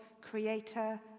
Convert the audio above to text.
creator